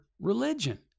religion